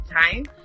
time